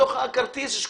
הכרטיס.